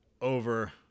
over